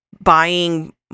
buying